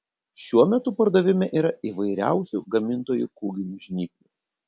šiuo metu pardavime yra įvairiausių gamintojų kūginių žnyplių